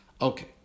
Okay